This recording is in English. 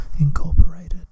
Incorporated